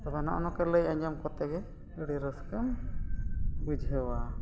ᱟᱵᱚ ᱱᱚᱜᱼᱚ ᱱᱚᱝᱠᱟ ᱞᱟᱹᱭ ᱟᱸᱡᱚᱢ ᱠᱟᱛᱮᱜᱮ ᱟᱹᱰᱤ ᱨᱟᱹᱥᱠᱟᱹᱢ ᱵᱩᱡᱷᱟᱹᱣᱟ